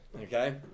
Okay